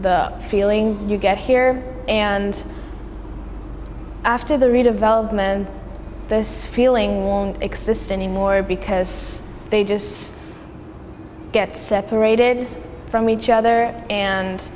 feeling you get here and after the redevelopment this feeling exists anymore because they just get separated from each other and